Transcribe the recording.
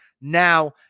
Now